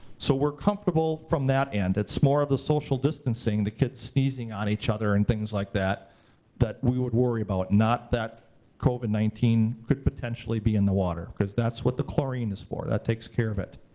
so we're comfortable from that end. it's more of the social distancing, the kids sneezing on each other and things like that that we would worry about, not that covid nineteen could potentially be in the water because that's what the chlorine is for, that takes care of it.